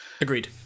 Agreed